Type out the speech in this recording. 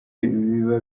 biba